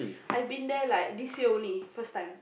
I've been there like this year only first time